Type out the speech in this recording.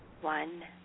one